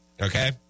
okay